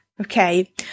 okay